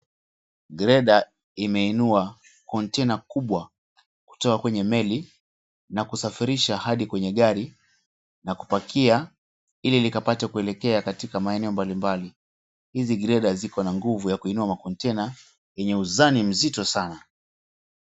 Greda imeinua kontena kubwa kutoka kwenye meli na kusafirisha hadi kwenye gari na kupakia ili likapate kuelekea katika maeneo mbali mbali. Hizi greda ziko na nguvu ya kuinua makontena yenye uzani mzito sana.